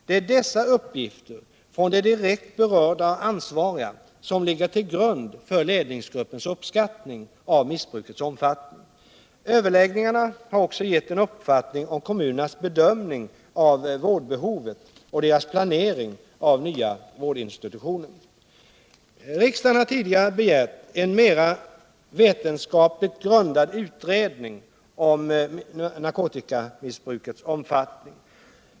Det är dessa uppgifter från de direkt berörda och ansvariga som ligger till grund för ledningsgruppens uppskattningar av missbrukets omfattning. Överläggningarna har också gett en uppfattning om kommunernas bedömning av vårdbehovet och deras planering av nya vårdinstitutioner. Riksdagen har tidigare begärt en mera vetenskapligt grundad utredning om narkotikamissbrukets omfattning.